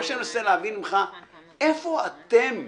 מה שאני מנסה להבין ממך, איפה אתם?